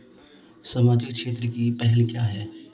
सामाजिक क्षेत्र की पहल क्या हैं?